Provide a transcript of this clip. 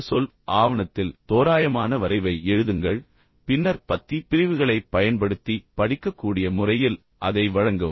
ஒரு சொல் ஆவணத்தில் தோராயமான வரைவை எழுதுங்கள் பின்னர் பத்தி பிரிவுகளைப் பயன்படுத்தி படிக்கக்கூடிய முறையில் அதை வழங்கவும்